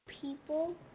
people